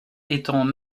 étant